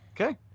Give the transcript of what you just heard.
Okay